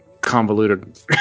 convoluted